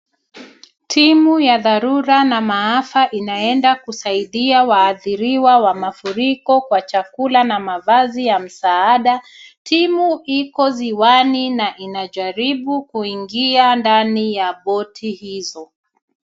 Timu ya dharura na maafa inaenda kusaidia waathiriwa wa mafuriko kwa chakula na mavazi ya msaada. Timu iko ziwani na inajaribu kuingia ndani ya boti hizo.